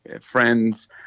friends